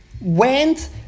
went